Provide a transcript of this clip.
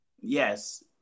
Yes